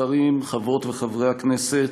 שרים, חברות וחברי הכנסת,